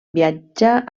viatja